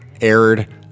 aired